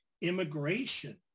immigration